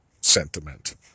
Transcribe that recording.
sentiment